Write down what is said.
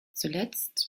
zuletzt